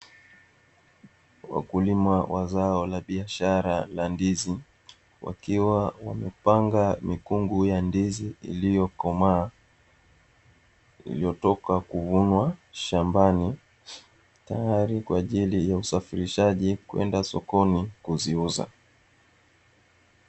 Wakulima wa zao la biashara la ndizi, wakiwa wamepanga mikungu ya ndizi iliyokomaa, iliyotoka kuvunwa shambani tayari kwa ajili ya usafirishaji kwenda sokoni kuziuza.